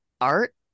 art